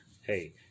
hey